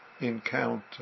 encounter